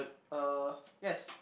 uh yes